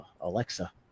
alexa